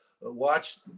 watch